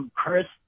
Chris